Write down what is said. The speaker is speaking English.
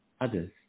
others